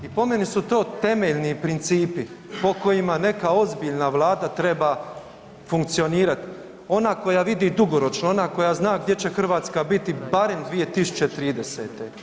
I po meni su to temeljni principi po kojima neka ozbiljna vlada treba funkcionirat, ona koja vidi dugoročno, ona koja zna gdje će Hrvatska biti barem 2030.